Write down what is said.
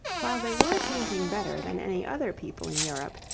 while they were painting better than any other people in europe,